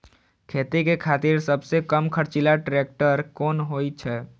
खेती के खातिर सबसे कम खर्चीला ट्रेक्टर कोन होई छै?